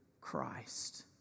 Christ